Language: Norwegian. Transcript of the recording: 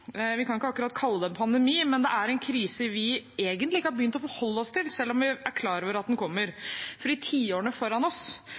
Vi kan ikke akkurat kalle det en pandemi, men det er en krise vi egentlig ikke har begynt å forholde oss til, selv om vi er klar over at den kommer. For i tiårene foran oss